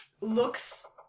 looks